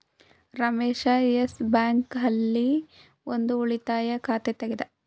Ramesh Yes Bank ಆಲ್ಲಿ ಒಂದ್ ಉಳಿತಾಯ ಖಾತೆ ತೆಗೆದ